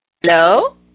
Hello